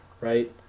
Right